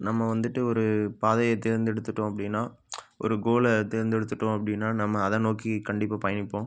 நம்ம வந்துவிட்டு ஒரு பாதையத் தேர்ந்தெடுத்துவிட்டோம் அப்படின்னா ஒரு கோலை தேர்ந்தெடுத்துட்டோம் அப்படின்னா நம்ம அதை நோக்கிக் கண்டிப்பாக பயணிப்போம்